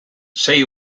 sei